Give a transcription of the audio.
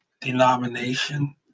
denomination